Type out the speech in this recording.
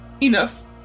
Enough